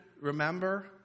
remember